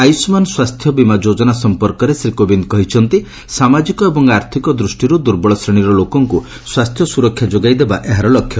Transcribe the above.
ଆୟୁଷ୍ମାନ ସ୍ପାସ୍ଥ୍ୟ ବୀମା ଯୋଜନା ସଂପର୍କରେ ଶ୍ୱୀ କୋବିନ୍ଦ କହିଛନ୍ତି ସାମାଜିକ ଏବଂ ଆର୍ଥିକ ଦୃଷ୍ଟିରୁ ଦୂର୍ବଳ ଶ୍ରେଣୀର ଲୋକଙ୍କୁ ସ୍ୱାସ୍ଥ୍ୟ ସୁରକ୍ଷା ଯୋଗାଇ ଦେବା ଏହାର ଲକ୍ଷ୍ୟ